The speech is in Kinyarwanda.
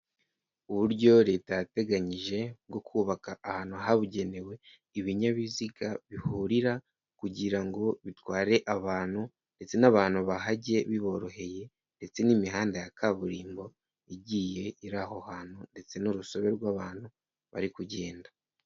Uburyo Leta yateganyije bwo kubaka ahantu habugenewe ibinyabiziga bihurira kugira ngo bitware abantu ndetse n'abantu bahajye biboroheye ndetse n'imihanda ya kaburimbo igiye iri aho hantu ndetse n'urusobe rw'abantu bari kugenda.